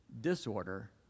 disorder